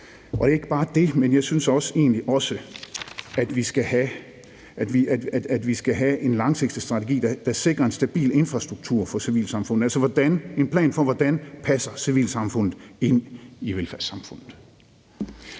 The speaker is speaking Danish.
Og det er ikke bare det. Jeg synes egentlig også, at vi skal have en langsigtet strategi, der sikrer en stabil infrastruktur for civilsamfundet, altså en plan for, hvordan civilsamfundet passer ind i velfærdssamfundet.